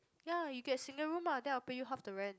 ya you get single room lah then I pay you half the rent